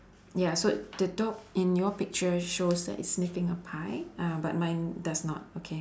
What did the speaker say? ya so the dog in your picture shows that it's sniffing a pie uh but mine does not okay